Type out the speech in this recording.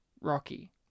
Rocky